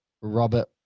Robert